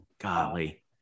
Golly